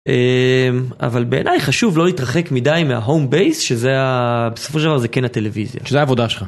אבל בעיניי חשוב לא להתרחק מדי מההום בייס שזה בסופו של דבר זה כן הטלוויזיה. שזה העבודה שלך.